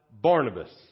Barnabas